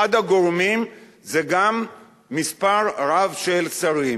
אחד הגורמים זה גם מספר רב של שרים.